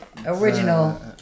Original